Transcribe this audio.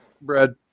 Brad